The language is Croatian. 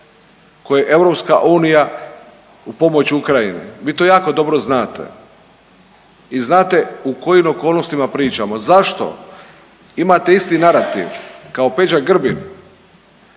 koju EU u pomoć Ukrajini vi to jako dobro znate i znate u kojim okolnostima pričamo. Zašto imate isti narativ kao Peđa Grbin,